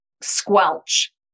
squelch